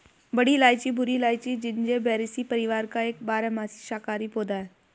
बड़ी इलायची भूरी इलायची, जिंजिबेरेसी परिवार का एक बारहमासी शाकाहारी पौधा है